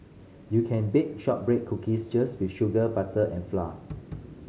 you can bake shortbread cookies just with sugar butter and flour